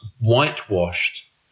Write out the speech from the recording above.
whitewashed